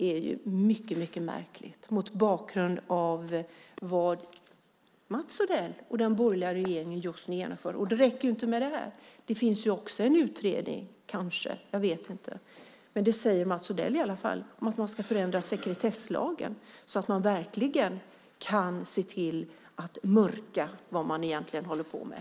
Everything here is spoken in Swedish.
Det är mycket märkligt mot bakgrund av vad Mats Odell och den borgerliga regeringen just nu genomför. Men det räcker inte med detta. Det finns också en utredning - det säger Mats Odell i alla fall - om att man ska förändra sekretesslagen, så att man verkligen kan mörka vad man egentligen håller på med.